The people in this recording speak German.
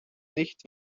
nicht